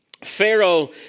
Pharaoh